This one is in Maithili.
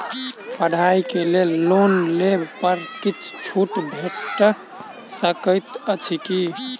पढ़ाई केँ लेल लोन लेबऽ पर किछ छुट भैट सकैत अछि की?